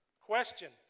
Question